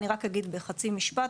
אני רק אגיד בחצי משפט,